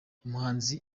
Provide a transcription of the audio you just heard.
umuhanzi